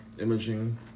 imaging